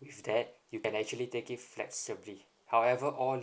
with that you can actually take it flexibly however all